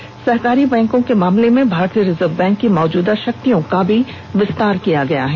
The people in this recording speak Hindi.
इसके साथ ही सहकारी बैंकों के मामले में भारतीय रिजर्व बैंक की मौजूदा शक्तियों का भी विस्तार किया गया है